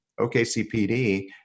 OKCPD